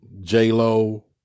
J-Lo